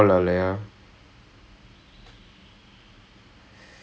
ang moh எல்லாம் இல்லையே இல்லே:ellaam ilaiye illae the only ang moh